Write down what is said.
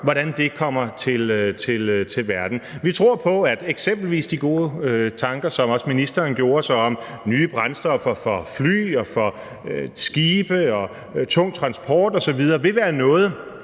hvordan det kommer til verden. Vi tror på, at eksempelvis de gode tanker, som også ministeren gjorde sig, om nye brændstoffer for fly og for skibe og for tung transport osv., vil være noget,